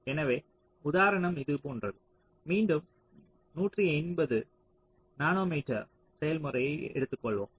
எனவே உதாரணம் இது போன்றது மீண்டும் 180 நானோமீட்டர் செயல்முறையை எடுத்துக்கொள்வோம்